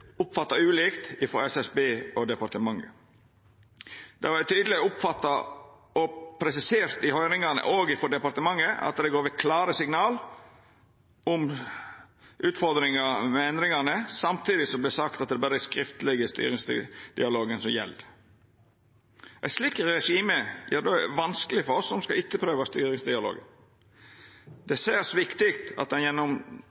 oppfatta ulikt frå SSB og departementet. Det var tydeleg oppfatta og presisert i høyringane, òg frå departementet, at det er gjeve klare signal om utfordringa med endringane. Samtidig vert det sagt at det berre er den skriftlege styringsdialogen som gjeld. Eit slikt regime gjer det vanskeleg for oss som skal etterprøva styringsdialogen. Det er særs viktig at ein gjennom